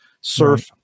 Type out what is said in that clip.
surf